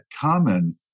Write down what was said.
common